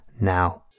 now